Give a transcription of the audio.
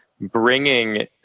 bringing